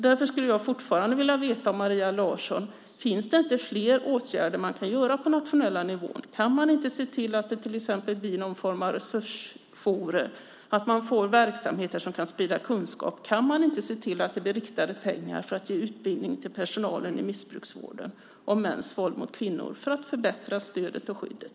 Därför skulle jag fortfarande vilja få reda på av Maria Larsson: Finns det inte fler åtgärder man kan göra på den nationella nivån? Kan man inte se till att det till exempel blir någon form av resursforum, att man får verksamheter som kan sprida kunskap? Kan man inte se till att det blir riktade pengar för att ge utbildning till personalen i missbruksvården om mäns våld mot kvinnor för att förbättra stödet och skyddet?